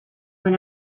when